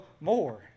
more